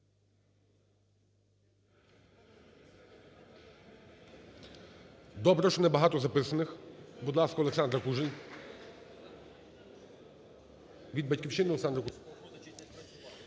Добре, що не багато записаних. Будь ласка, Олександра Кужель. Від "Батьківщини" – Олександра Кужель.